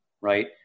Right